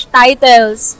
titles